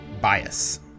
Bias